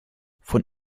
von